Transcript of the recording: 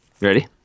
Ready